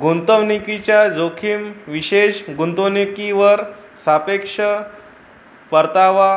गुंतवणूकीचा जोखीम विशेष गुंतवणूकीवर सापेक्ष परतावा